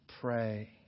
Pray